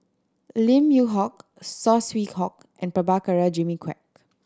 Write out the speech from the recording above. Lim Yew Hock Saw Swee Hock and Prabhakara Jimmy Quek